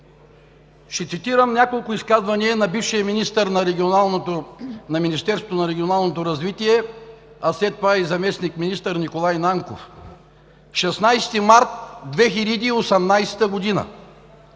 Ще цитирам няколко изказвания на бившия министър на Министерството на регионалното развитие, а след това и заместник министър Николай Нанков. На 16 март 2018 г.: